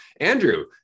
Andrew